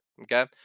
okay